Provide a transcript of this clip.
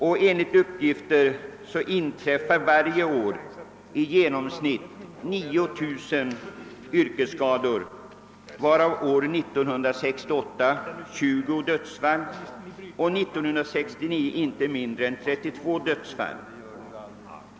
Varje år inträffar enligt uppgifter i genomsnitt 9000 yrkesskador på detta område. år 1968 fick 20 av dessa och år 1969 inte mindre än 32 dödlig utgång.